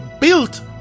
built